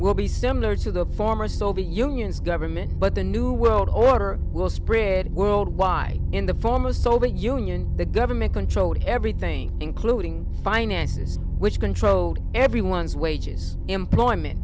will be similar to the former soviet union's government but the new world order will spread worldwide in the former soviet union the government controlled everything including finances which controlled everyone's wages employment